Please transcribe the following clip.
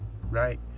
right